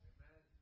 Amen